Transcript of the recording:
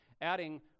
adding